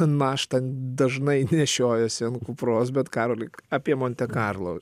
našta dažnai nešiojasi ant kupros bet karoli apie monte karlo